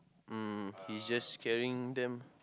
mm he's just carrying them